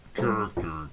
character